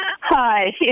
Hi